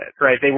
right